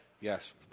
Yes